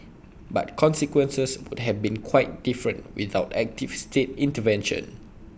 but consequences would have been quite different without active state intervention